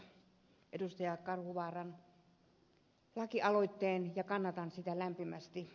karhuvaaran lakialoitteen ja kannatan sitä lämpimästi